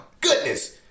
goodness